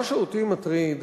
מה שאותי מטריד,